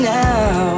now